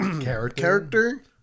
character